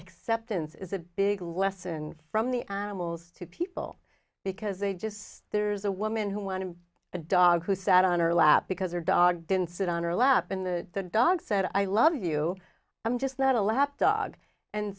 acceptance is a big lesson from the animals to people because they just there's a woman who went to a dog who sat on her lap because her dog didn't sit on her lap in the dog said i love you i'm just not a lap dog and